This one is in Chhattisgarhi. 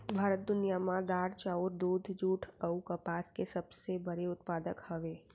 भारत दुनिया मा दार, चाउर, दूध, जुट अऊ कपास के सबसे बड़े उत्पादक हवे